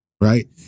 right